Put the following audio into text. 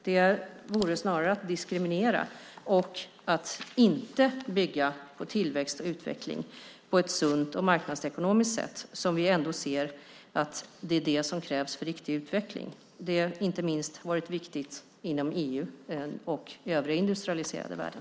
Det vore snarare att diskriminera och att inte bygga på tillväxt och utveckling på ett sunt och marknadsekonomiskt sätt. Vi ser ju att det är det som krävs för riktig utveckling. Det har inte minst varit viktigt inom EU och den övriga industrialiserade världen.